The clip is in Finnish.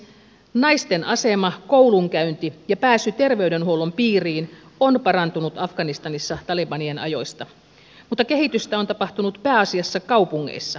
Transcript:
naisten asema koulunkäynti ja pääsy terveydenhuollon piiriin on parantunut afganistanissa talibanien ajoista mutta kehitystä on tapahtunut pääasiassa kaupungeissa